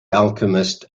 alchemist